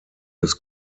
des